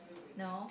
no